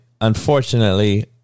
unfortunately